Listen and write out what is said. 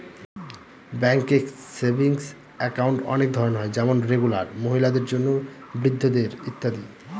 ব্যাঙ্কে savings account অনেক ধরনের হয় যেমন রেগুলার, মহিলাদের জন্য, বৃদ্ধদের ইত্যাদি